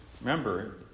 remember